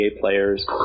players